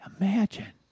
imagine